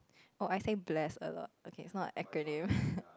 oh I say bless a lot okay it's not an acronym